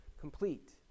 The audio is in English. complete